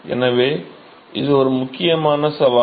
எனவே இது ஒரு முக்கியமான சவால்